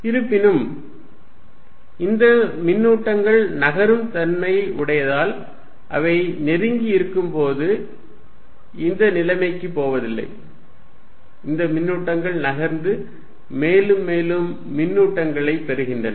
இருப்பினும் இந்த மின்னூட்டங்கள் நகரும் தன்மை உடையதால் அவை நெருங்கி இருக்கும் போது இந்த நிலைமைக்குப் போவதில்லை இந்த மின்னூட்டங்கள் நகர்ந்து மேலும் மேலும் மின்னூட்டங்களை பெறுகின்றன